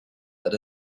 that